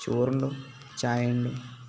ചോറുണ്ട് ചായയുണ്ട്